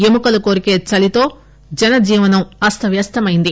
ఏముకలు కోరికే చలితో జన జీవనం అస్థవ్యస్థమైయింది